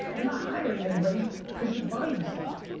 you're not hiring anybody cause you're buying stuff.